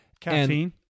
Caffeine